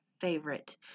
favorite